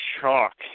chalk